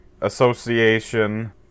association